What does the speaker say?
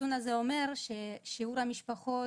והנתון הזה אומר ששיעור המשפחות